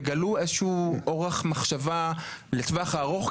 תגלו איזשהו אורח מחשבה לטווח הארוך,